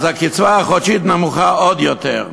הקצבה החודשית נמוכה עוד יותר.